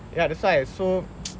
ya that's why so